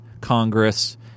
Congress